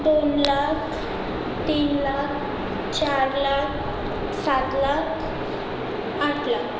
दोन लाख तीन लाख चार लाख सात लाख आठ लाख